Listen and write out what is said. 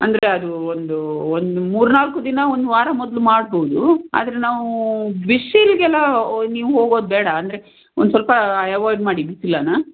ಅಂದರೆ ಅದು ಒಂದು ಒಂದು ಮೂರ್ನಾಲ್ಕು ದಿನ ಒಂದು ವಾರ ಮೊದಲು ಮಾಡಬಹುದು ಆದರೆ ನಾವು ಬಿಸಿಲಿಗೆಲ್ಲ ನೀವು ಹೋಗೋದು ಬೇಡ ಅಂದರೆ ಒಂದು ಸ್ವಲ್ಪ ಎವಾಯ್ಡ್ ಮಾಡಿ ಬಿಸಿಲನ್ನು